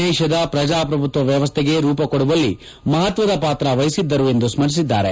ದೇಶದ ಪ್ರಜಾಪ್ರಭುತ್ವ ವ್ಯವಸೈಗೆ ರೂಪ ಕೊಡುವಲ್ಲಿ ಮಹತ್ವದ ಪಾತ್ರ ವಹಿಸಿದ್ದರು ಎಂದು ಸ್ಕರಿಸಿದ್ದಾರೆ